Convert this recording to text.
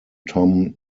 tom